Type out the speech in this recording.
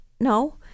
no